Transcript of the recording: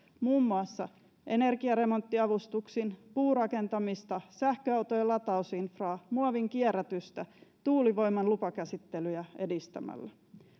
muun muassa energiaremonttiavustuksin sekä puurakentamista sähköautojen latausinfraa muovinkierrätystä ja tuulivoiman lupakäsittelyjä edistämällä